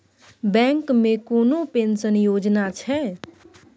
Bank मे कोनो pension योजना छै?